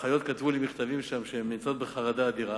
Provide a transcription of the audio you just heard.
האחיות כתבו לי מכתבים שהן נמצאות שם בחרדה אדירה.